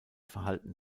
verhalten